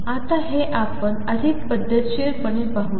आता हे आपण अधिक पद्धतशीरपणे पाहू या